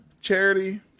Charity